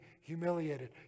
humiliated